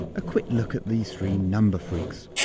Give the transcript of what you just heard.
a quick look at these three number freaks.